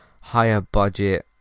higher-budget